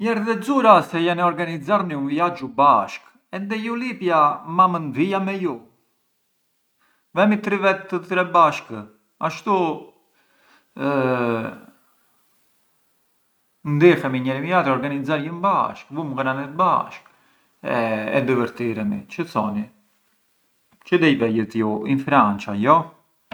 Jerd’ e xura se ka buni un vjaxhu bashkë e dej ju lipja, ma mënd vija me ju? Vemi tre vetë të tre bashkë? Ashtu ndihemi njetri me jatrin, organixarjëm bashkë, vum ghranet bashkë e divërtiremi, çë thoni? Çë dej vejët ju, in França jo?